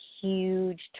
huge